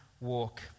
walk